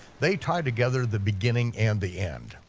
they tie together the beginning and the end.